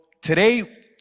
today